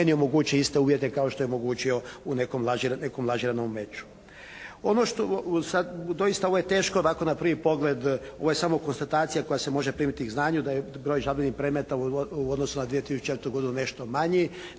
uvjete kao što je omogućio u nekom lažiranom meču.